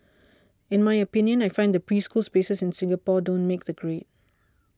in my opinion I find that preschool spaces in Singapore don't make the grade